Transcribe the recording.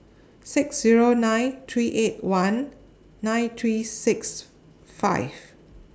six Zero nine three eight one nine three six five